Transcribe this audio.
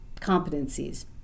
competencies